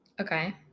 okay